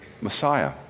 Messiah